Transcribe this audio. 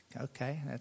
okay